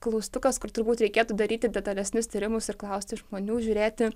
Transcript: klaustukas kur turbūt reikėtų daryti detalesnius tyrimus ir klausti žmonių žiūrėti